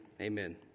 Amen